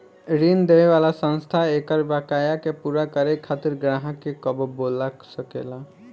ऋण देवे वाला संस्था एकर बकाया के पूरा करे खातिर ग्राहक के कबो बोला सकेला